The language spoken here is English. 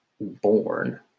born